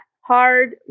hard